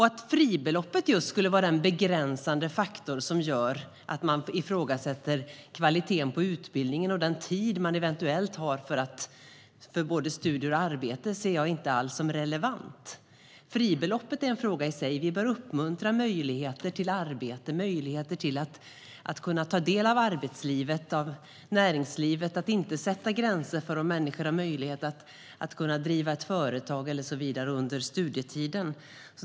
Att fribeloppet skulle vara den begränsande faktor som gör att man ifrågasätter kvaliteten på utbildningen och den tid man eventuellt har för studier och arbete ser jag inte som relevant. Fribeloppet är en fråga i sig. Vi bör uppmuntra möjligheter till arbete och till att ta del av arbetslivet och näringslivet och inte sätta gränser för människors möjlighet att till exempel driva företag under studietiden.